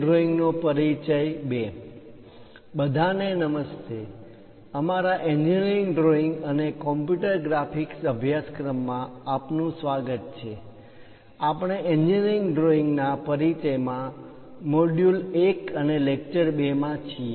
બધાને નમસ્તે અમારા એન્જિનિયરિંગ ડ્રોઈંગ અને કોમ્પ્યુટર ગ્રાફિક્સ અભ્યાસક્રમમાં આપનું સ્વાગત છે આપણે એન્જિનિયરિંગ ડ્રોઈંગ ના પરિચયમાં મોડ્યુલ 1 અને લેક્ચર 2 માં છીએ